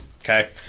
Okay